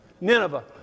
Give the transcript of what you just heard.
Nineveh